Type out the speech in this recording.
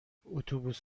اتوبوس